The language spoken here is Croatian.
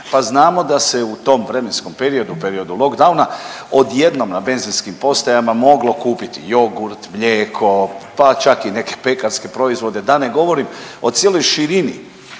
pa znamo da se u tom vremenskom periodu, u periodu lockdowna odjednom na benzinskim postajama moglo kupiti jogurt, mlijeko, pa čak i neke pekarske proizvode da ne govorim o cijeloj širini